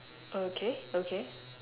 okay okay